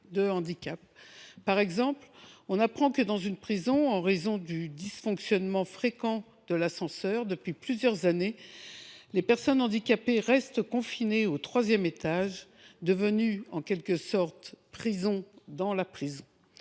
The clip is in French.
Par exemple, on apprend que, dans une prison, en raison du dysfonctionnement fréquent de l’ascenseur depuis plusieurs années, les personnes handicapées restent confinées au troisième étage, devenu en quelque sorte une prison dans la prison.